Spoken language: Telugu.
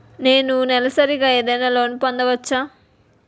నేను నెలసరిగా ఏదైనా లోన్ పొందవచ్చా?